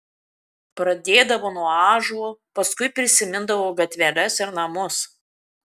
pradėdavo nuo ąžuolo paskui prisimindavo gatveles ir namus